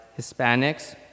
Hispanics